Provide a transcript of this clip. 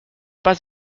pas